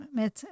met